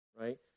right